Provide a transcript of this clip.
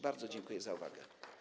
Bardzo dziękuję za uwagę.